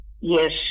Yes